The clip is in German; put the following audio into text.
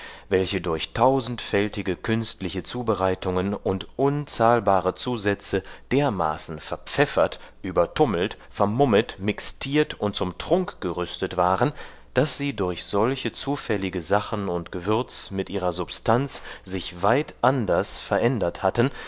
welche durch tausendfältige künstliche zubereitungen und unzahlbare zusätze dermaßen verpfeffert übertummelt vermummet mixtiert und zum trunk gerüstet waren daß sie durch solche zufällige sachen und gewürz mit ihrer substanz sich weit anders verändert hatten